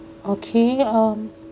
okay um